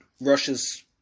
russia's